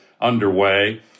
underway